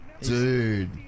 Dude